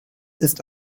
ist